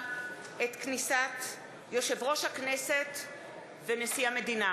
את כניסת יושב-ראש הכנסת ונשיא המדינה.